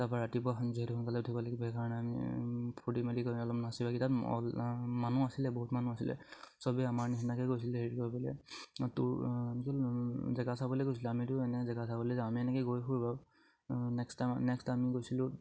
তাৰপা ৰাতিপুৱা যিহেতু সোনকালে উঠিব লাগিব সেইকাৰণে আমি ফূৰ্তি কৰি মেলি কৰি অলপ নাচি বাগি মানুহ আছিলে বহুত মানুহ আছিলে চবেই আমাৰ নিচিনাকে গৈছিলে হেৰি কৰি জেগা চাবলে গৈছিলোঁ আমিতো এনে জেগা চাবলে যাওঁ আমি এনেকে গৈ নেক্সট টাইম নেক্সট আমি গৈছিলোঁ